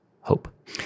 hope